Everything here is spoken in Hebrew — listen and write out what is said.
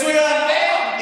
מצוין,